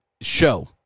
show